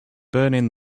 burning